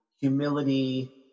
humility